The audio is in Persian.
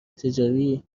تجاری